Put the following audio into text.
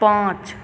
पाँच